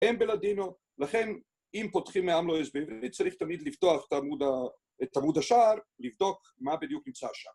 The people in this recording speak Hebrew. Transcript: ‫הם בלדינו, לכן אם פותחים מעם לא הסביב, ‫צריך תמיד לפתוח את עמוד ה... את עמוד השער, ‫לבדוק מה בדיוק נמצא שם.